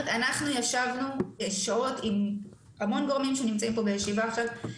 ישבנו שעות עם המון גורמים שנמצאים פה בישיבה עכשיו,